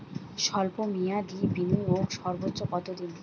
স্বল্প মেয়াদি বিনিয়োগ সর্বোচ্চ কত দিন?